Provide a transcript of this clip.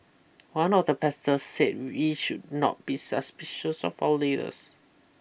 one of the pastors said we should not be suspicious of our leaders